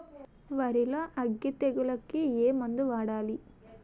వరిలో అగ్గి తెగులకి ఏ మందు వాడాలి?